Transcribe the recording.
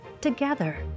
together